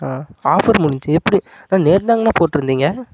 ஆ offer முடிஞ்சு எப்படிங்க நேத்துதாங்கணா போட்டிருந்தீங்க